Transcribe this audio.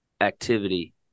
activity